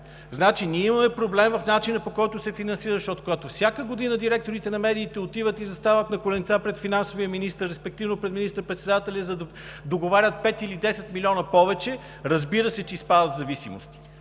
Значи, ние имаме проблем в начина, по който се финансира, защото, когато всяка година директорите на медиите отиват и застават на коленца пред финансовия министър, респективно пред министър-председателя, за да договарят 5 или 10 милиона повече, разбира се, че изпадат в зависимост.